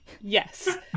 yes